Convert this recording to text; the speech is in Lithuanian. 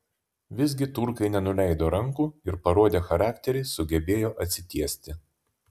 visgi turkai nenuleido rankų ir parodę charakterį sugebėjo atsitiesti